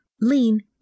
lean